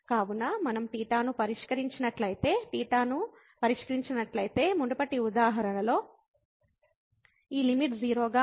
కాబట్టి మనం θ ను పరిష్కరించినట్లయితే θ ను పరిష్కరించినట్లయితే మునుపటి ఉదాహరణలో ఈ లిమిట్ 0 గా ఉంటుంది